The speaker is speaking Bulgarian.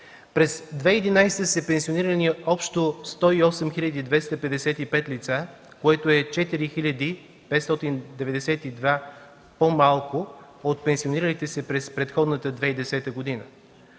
През 2011 г. са пенсионирани общо 108 хил. 255 лица, което е с 4 592 по-малко от пенсиониралите се през предходната 2010 г.